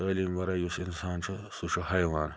تہٕ تعلیٖم وَرٲے یُس اِنسان چھُ آسان سُہ چھُ حیوان